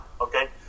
okay